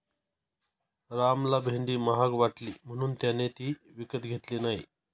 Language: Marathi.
रामला भेंडी महाग वाटली म्हणून त्याने ती विकत घेतली नाही